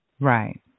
Right